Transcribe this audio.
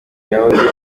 yahoze